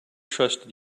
trusted